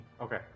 Okay